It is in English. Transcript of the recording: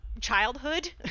childhood